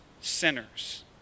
sinners